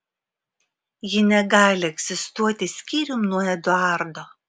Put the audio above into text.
ji negali egzistuoti skyrium nuo eduardo